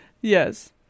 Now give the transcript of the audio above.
Yes